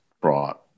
brought